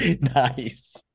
nice